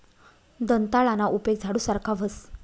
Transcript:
दंताळाना उपेग झाडू सारखा व्हस